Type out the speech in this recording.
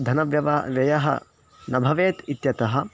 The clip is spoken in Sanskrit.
धनव्यवहारः व्ययः न भवेत् इत्यतः